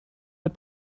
mit